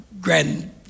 grand